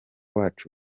wacu